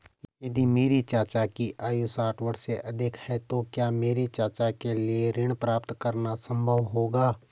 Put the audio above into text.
यदि मेरे चाचा की आयु साठ वर्ष से अधिक है तो क्या मेरे चाचा के लिए ऋण प्राप्त करना संभव होगा?